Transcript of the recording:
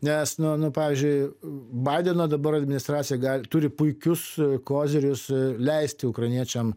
nes nu nu pavyzdžiui baideno dabar administracija gali turi puikius kozerius leisti ukrainiečiam